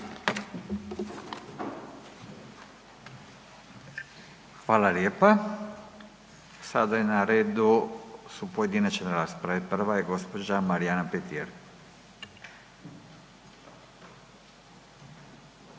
Hvala lijepa. Sada na redu su pojedinačne rasprave, prva je gđa. Marijana Petir.